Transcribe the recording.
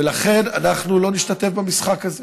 ולכן לא נשתתף במשחק הזה.